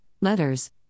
letters